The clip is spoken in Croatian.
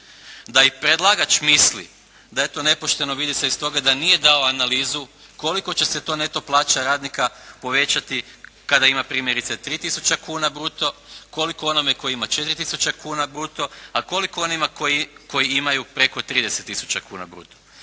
Da i predlagač misli da je to nepošteno vidi se iz toga da nije dao analizu koliko će se to neto plaća radnika povećati kada ima primjerice 3 tisuće kuna bruto, koliko onome koji ima 4 tisuće kuna bruto, a koliko onima koji imaju preko 30 tisuća kuna bruto.